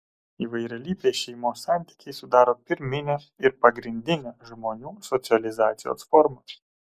įvairialypiai šeimos santykiai sudaro pirminę ir pagrindinę žmonių socializacijos formą